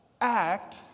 act